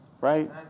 Right